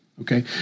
okay